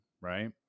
right